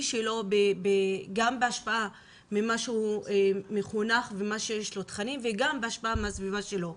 שלו גם בהשפעה ממה שהוא מחונך ומהתכנים וגם בהשפעה מהסביבה שלו.